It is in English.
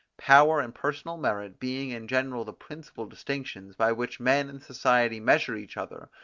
power and personal merit, being in general the principal distinctions, by which men in society measure each other,